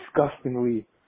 disgustingly